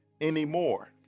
anymore